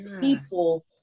people